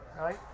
right